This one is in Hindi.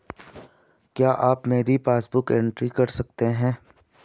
क्या आप मेरी पासबुक बुक एंट्री कर सकते हैं?